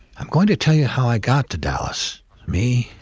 i'm going to tell you how i got to dallas me,